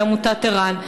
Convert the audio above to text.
בעמותת ער"ן.